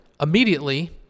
Immediately